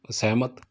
ਅਸਹਿਮਤ